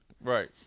Right